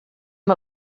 amb